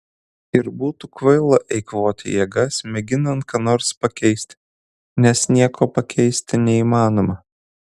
ir būtų kvaila eikvoti jėgas mėginant ką nors pakeisti nes nieko pakeisti neįmanoma